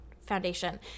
foundation